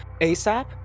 ASAP